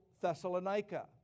Thessalonica